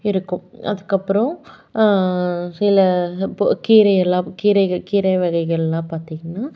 இருக்கும் அதுக்கப்பறம் சில இப்போது கீரை எல்லாம் கீரைகள் கீரை வகைகள்லாம் பார்த்தீங்கன்னா